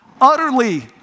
utterly